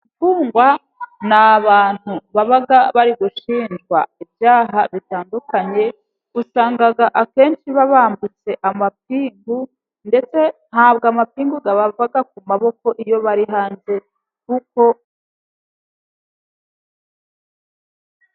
Imfungwa n'abantu baba bari gushinjwa ibyaha bitandukanye, usanga akenshi ba bambitse amapingu, ndetse ntabwo amapingu abava ku maboko iyo bari hanze.